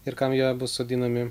ir kam jie bus sodinami